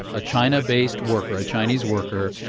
a china-based worker, a chinese worker,